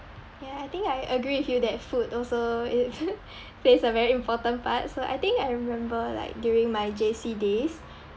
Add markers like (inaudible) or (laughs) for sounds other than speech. ya I think I agree with you that food also it (laughs) plays a very important part so I think I remember like during my J_C days